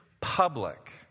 public